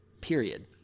period